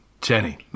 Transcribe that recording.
Jenny